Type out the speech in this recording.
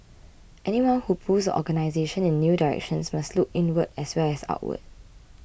anyone who pulls the organisation in new directions must look inward as well as outward